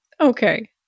okay